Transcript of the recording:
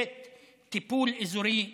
2. טיפול אזורי בפסולת,